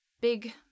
big